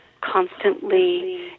constantly